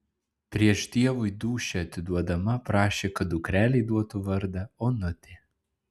prieš dievui dūšią atiduodama prašė kad dukrelei duotų vardą onutė